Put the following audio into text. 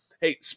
hey